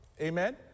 Amen